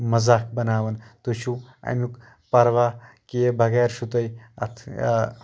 مزاق بَناوَان تُہۍ چھُو اَمیُک پروا کیے بغیر چھُو تُہۍ اَتھ